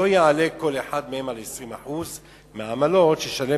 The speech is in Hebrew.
לא יעלה כל אחד מהם על 20% מהעמלות שישלם